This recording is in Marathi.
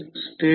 5 ओहम आहे